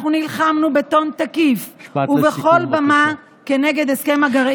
אנחנו נלחמנו בטון תקיף ובכל במה כנגד הסכם הגרעין,